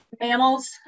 mammals